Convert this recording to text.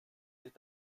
sich